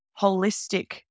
holistic